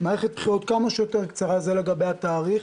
מערכת בחירות כמה שיותר קצרה, זה לגבי התאריך,